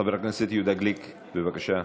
חבר הכנסת יהודה גליק, בבקשה.